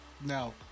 Now